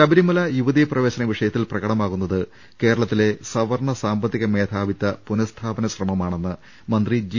ശബരിമല യുവതീ പ്രവേശന വിഷയത്തിൽ പ്രകടമാകുന്നത് കേര ളത്തിലെ സവർണ സാമ്പത്തിക മേധാവിത്ത പുനസ്ഥാപന ശ്രമമാ ണെന്ന് മന്ത്രി ജി